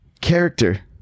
character